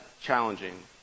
challenging